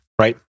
right